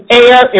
air